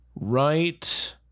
right